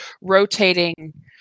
rotating